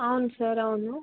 అవును సార్ అవును